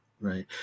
Right